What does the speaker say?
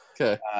Okay